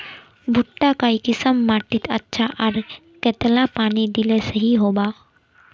भुट्टा काई किसम माटित अच्छा, आर कतेला पानी दिले सही होवा?